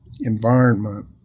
environment